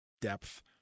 depth